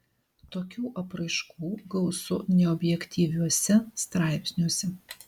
tokių apraiškų gausu neobjektyviuose straipsniuose